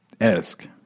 esque